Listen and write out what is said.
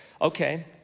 okay